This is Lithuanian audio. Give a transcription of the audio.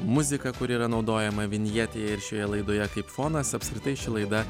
muzika kuri yra naudojama vinjetėje ir šioje laidoje kaip fonas apskritai ši laida